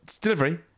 delivery